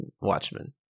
Watchmen